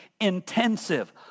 intensive